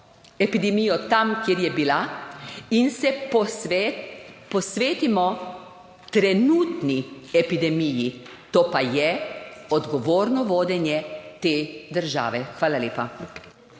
epidemijo tam, kjer je bila in se posvet…, posvetimo trenutni epidemiji, to pa je odgovorno vodenje te države. Hvala lepa.